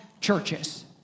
churches